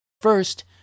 First